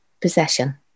possession